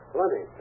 Plenty